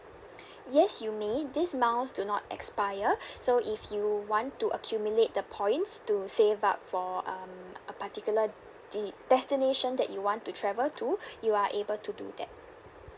yes you may these miles do not expire so if you want to accumulate the points to save up for um a particular de~ destination that you want to travel to you are able to do that